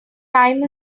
time